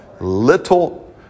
Little